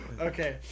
Okay